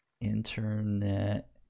internet